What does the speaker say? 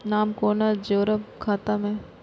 नाम कोना जोरब खाता मे